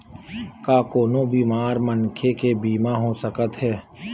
का कोनो बीमार मनखे के बीमा हो सकत हे?